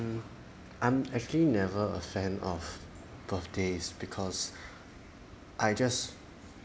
mm I'm actually never a fan of birthdays because I just